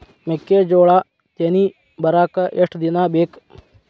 ಮೆಕ್ಕೆಜೋಳಾ ತೆನಿ ಬರಾಕ್ ಎಷ್ಟ ದಿನ ಬೇಕ್?